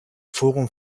forum